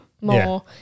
more